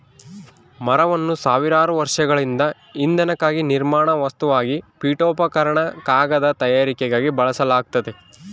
ಮರವನ್ನು ಸಾವಿರಾರು ವರ್ಷಗಳಿಂದ ಇಂಧನಕ್ಕಾಗಿ ನಿರ್ಮಾಣ ವಸ್ತುವಾಗಿ ಪೀಠೋಪಕರಣ ಕಾಗದ ತಯಾರಿಕೆಗೆ ಬಳಸಲಾಗ್ತತೆ